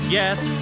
yes